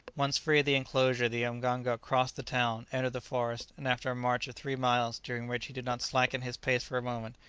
once free of the enclosure the mganga crossed the town, entered the forest, and after a march of three miles, during which he did not slacken his pace for a moment,